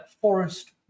Forest